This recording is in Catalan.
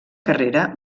carrera